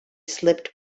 slipped